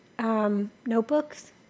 notebooks